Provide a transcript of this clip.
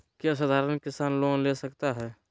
क्या साधरण किसान लोन ले सकता है?